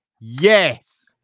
yes